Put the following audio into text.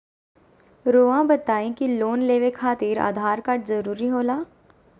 रौआ बताई की लोन लेवे खातिर आधार कार्ड जरूरी होला?